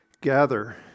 gather